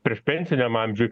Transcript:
prieš pensiniam amžiui